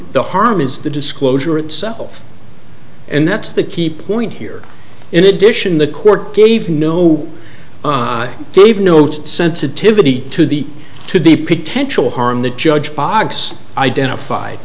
the harm is the disclosure itself and that's the key point here in addition the court gave no i gave notes sensitivity to the to the potential harm the judge box identified